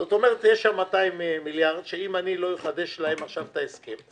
זאת אומרת שיש שם 200 מיליארד שאם אני לא אחדש להם עכשיו את ההסכם...